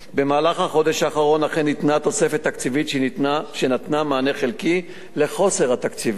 בחודש האחרון אכן ניתנה תוספת תקציבית שנתנה מענה חלקי לחוסר התקציבי.